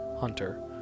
Hunter